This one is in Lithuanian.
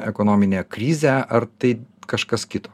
ekonominę krizę ar tai kažkas kito